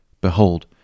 Behold